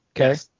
Okay